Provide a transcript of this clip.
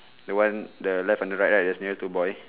the one the left and the right right nearer to boy